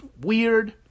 weird